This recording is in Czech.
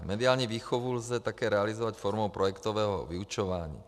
Mediální výchovu lze také realizovat formou projektového vyučování.